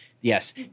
yes